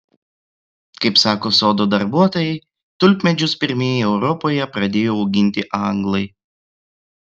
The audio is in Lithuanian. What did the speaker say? kaip sako sodo darbuotojai tulpmedžius pirmieji europoje pradėjo auginti anglai